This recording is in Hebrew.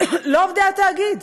לא עובדי התאגיד.